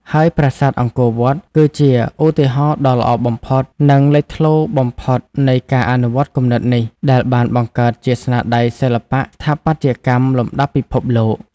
ហើយប្រាសាទអង្គរវត្ត គឺជាឧទាហរណ៍ដ៏ល្អបំផុត និងលេចធ្លោបំផុតនៃការអនុវត្តគំនិតនេះ ដែលបានបង្កើតជាស្នាដៃសិល្បៈស្ថាបត្យកម្មលំដាប់ពិភពលោក។